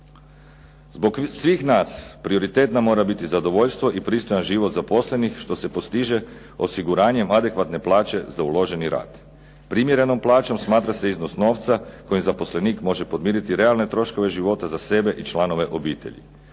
Zbog svih nas prioritet nam mora biti zadovoljstvo i pristojan život zaposlenih što se postiže osiguranjem adekvatne plaće za uloženi rad. Primjerenom plaćom smatra se iznos novca kojim zaposlenik može podmiriti realne troškove života za sebe i članove obitelji.